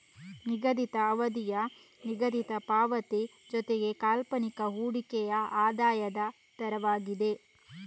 ನಿಗದಿತ ಅವಧಿಯ ನಿಗದಿತ ಪಾವತಿ ಜೊತೆಗೆ ಕಾಲ್ಪನಿಕ ಹೂಡಿಕೆಯ ಆದಾಯದ ದರವಾಗಿದೆ